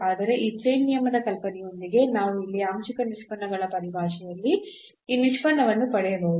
ಆದರೆ ಈ ಚೈನ್ ನಿಯಮದ ಕಲ್ಪನೆಯೊಂದಿಗೆ ನಾವು ಇಲ್ಲಿ ಆಂಶಿಕ ನಿಷ್ಪನ್ನಗಳ ಪರಿಭಾಷೆಯಲ್ಲಿ ಆ ನಿಷ್ಪನ್ನವನ್ನು ಪಡೆಯಬಹುದು